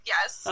Yes